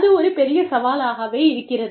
அது ஒரு பெரிய சவாலாகவே இருக்கிறது